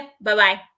Bye-bye